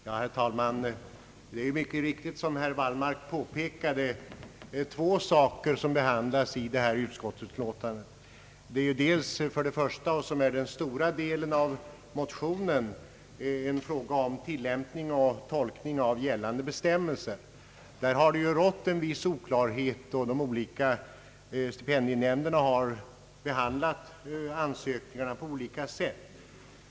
Herr talman! Det är mycket riktigt, som herr Wallmark påpekade, två saker som behandlas i detta utskottsutlåtande. Den första, som utgör den stora delen av motionerna, är en fråga om tilllämpning och tolkning av gällande bestämmelser. Därvidlag har det rått viss oklarhet. De olika stipendienämnderna har behandlat ansökningarna på olika sätt.